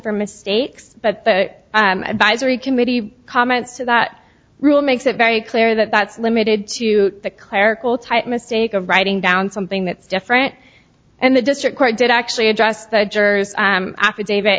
for mistakes but the advisory committee comments to that rule makes it very clear that that's limited to the clerical type mistake of writing down something that's different and the district court did actually address the jurors affidavit